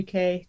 UK